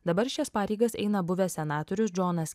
dabar šias pareigas eina buvęs senatorius džonas